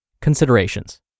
Considerations